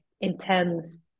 intense